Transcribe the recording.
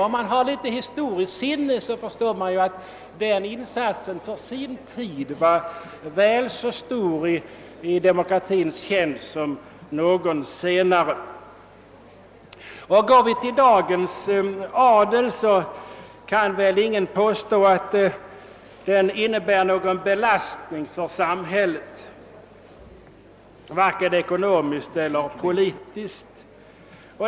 Om man har litet historiskt sinne förstår man att den insatsen i demokratins tjänst för sin tid var väl så stor som någon senare. Går vi till dagens adel kan vi väl inte påstå att den innebär någon belastning för samhället vare sig ekonomiskt eller politiskt.